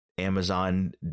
Amazon